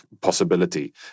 possibility